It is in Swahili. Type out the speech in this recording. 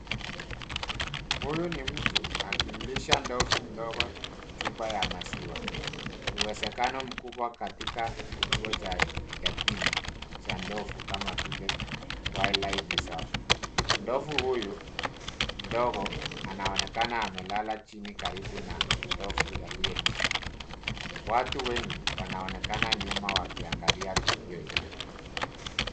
Huyu ni mtu akimlisha ndovu mdogo chupa ya maziwa, uwezekano mkubwa katika kituo cha yatima cha ndovu kama vile wildlife reserve . Ndovu huyu mdogo anaonekana amelala chini karibu na ndovu aliyelishwa. Watu wengi wanaonekana nyuma wakiangalia tukio hilo.